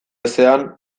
ezean